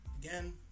Again